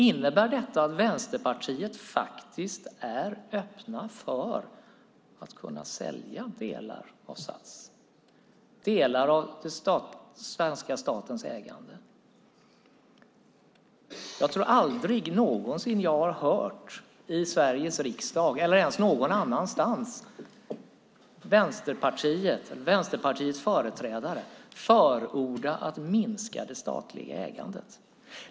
Innebär detta att Vänsterpartiet faktiskt är öppet för att sälja delar av svenska statens ägande i SAS? Jag tror aldrig någonsin att jag i Sveriges riksdag eller ens någon annanstans har hört Vänsterpartiets företrädare förorda att minska det statliga ägandet.